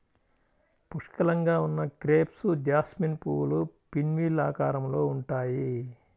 పుష్కలంగా ఉన్న crape jasmine పువ్వులు పిన్వీల్ ఆకారంలో ఉంటాయి